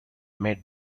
made